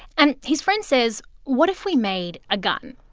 and his friend says, what if we made a gun?